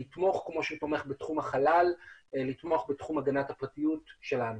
כמו שהוא תומך בתחום החלל לתמוך בתחום הגנת הפרטיות שלנו.